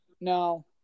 No